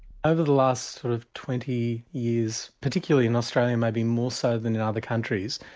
over the last sort of twenty years, particularly in australia maybe more so than and other countries,